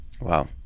Wow